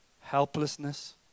helplessness